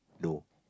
no